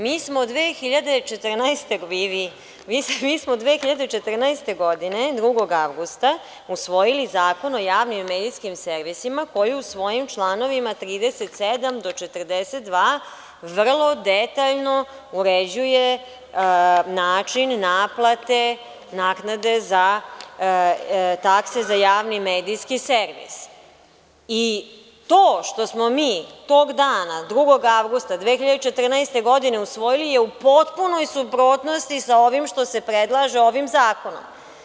Mi smo 2014. godine 2. avgusta usvojili Zakon o javnim medijskim servisima, koji su svojim članovima 37. do 42. vrlo detaljno uređuje način naplate naknade za takse za javni medijski servis i to što smo mi tog dana, 2. avgusta 2014. godine usvojili je u potpunoj suprotnosti sa ovim što se predlaže ovim zakonom.